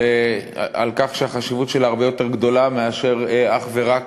ועל כך שהחשיבות שלה הרבה יותר גדולה מאשר אך ורק